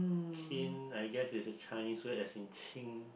kin I guess it's a Chinese word as in